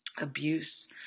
abuse